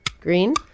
Green